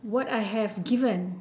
what I have given